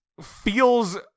feels